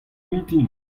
mintin